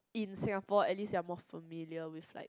in Singapore at least you are more familiar with like